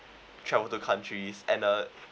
travel to countries and uh